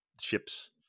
ship's